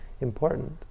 important